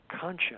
conscience